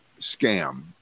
scam